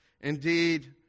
Indeed